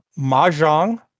Mahjong